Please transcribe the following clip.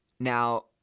Now